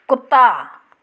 ਕੁੱਤਾ